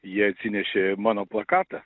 jie atsinešė mano plakatą